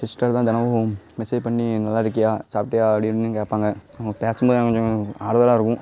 sister தான் தினமும் message பண்ணி நல்லா இருக்கியா சாப்பிட்டியா அப்படின்னு கேட்பாங்க அவங்க பேசும் போது எனக்கு கொஞ்சம் ஆறுதலாக இருக்கும்